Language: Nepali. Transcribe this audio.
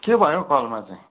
क भयो हौ कलमा चाहिँ